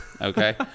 Okay